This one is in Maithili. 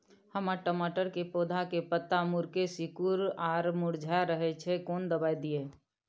हमर टमाटर के पौधा के पत्ता मुड़के सिकुर आर मुरझाय रहै छै, कोन दबाय दिये?